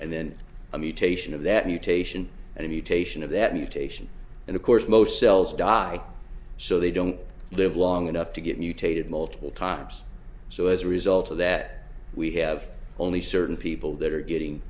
mutation and of course most cells die so they don't live long enough to get mutated multiple times so as a result of that we have only certain people that are getting